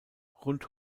rund